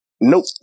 nope